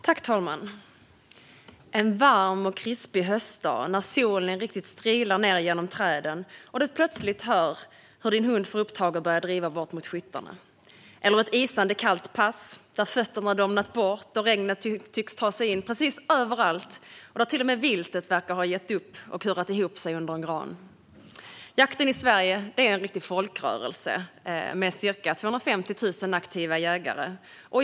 Fru talman! Tänk er en varm och krispig höstdag när solen riktigt strilar ned genom träden och du plötsligt hör hur din hund får upptag och börjar driva bort mot skyttarna. Eller tänk er ett isande kallt pass där fötterna har domnat bort och regnet tycks ta sig in precis överallt, och där till och med viltet verkar ha gett upp och kurat ihop sig under en gran. Jakten i Sverige är en riktig folkrörelse med ca 250 000 aktiva jägare.